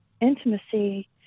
intimacy